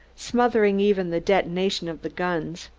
smothering even the detonation of the guns.